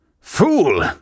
Fool